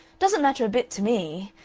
doesn't matter a bit to me.